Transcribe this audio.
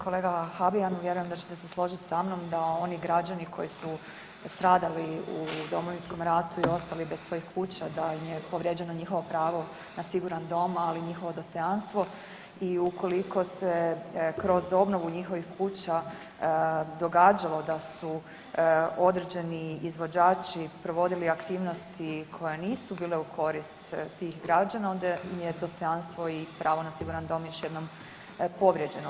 Kolega Habijan vjerujem da ćete se složiti sa mnom da oni građani koji su stradali u Domovinskom ratu i ostali bez svojih kuća da im je povrijeđeno njihovo pravo na siguran dom, ali i njihovo dostojanstvo i ukoliko se kroz obnovu njihovih kuća događalo da su određeni izvođači provodili aktivnosti koje nisu bile u korist tih građana onda im je dostojanstvo i pravo na siguran dom još jednom povrijeđeno.